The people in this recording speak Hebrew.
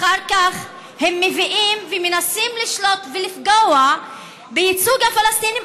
אחר כך הם מביאים ומנסים לשלוט ולפגוע בייצוג הפלסטינים,